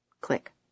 Click